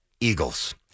Eagles